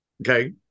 Okay